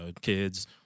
kids